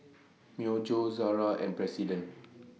Myojo Zara and President